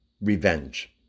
revenge